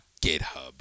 GitHub